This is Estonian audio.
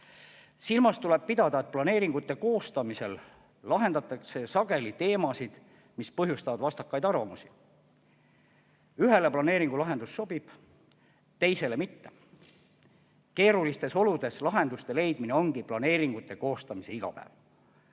Silmas tuleb pidada, et planeeringute koostamisel lahendatakse sageli teemasid, mis põhjustavad vastakaid arvamusi. Ühele planeeringulahendus sobib, teisele mitte. Keerulistes oludes lahenduste leidmine ongi planeeringute koostamise igapäev.